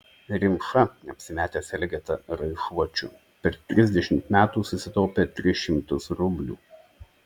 rimša apsimetęs elgeta raišuočiu per trisdešimt metų susitaupė tris šimtus rublių